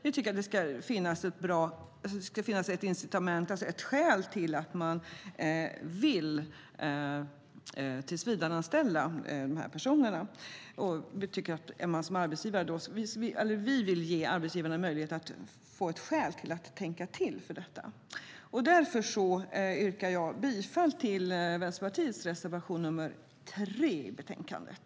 Vi tycker att det ska finnas ett skäl till att man vill tillsvidareanställa de här personerna. Vi vill ge arbetsgivarna ett skäl att tänka till på detta. Därför yrkar jag bifall till Vänsterpartiets reservation nr 3 i betänkandet.